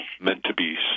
meant-to-be